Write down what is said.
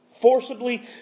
forcibly